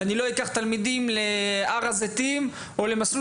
זאת אומרת אני לא אקח תלמידים להר הזיתים או למסלול